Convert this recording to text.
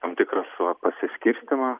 tam tikras va pasiskirstymą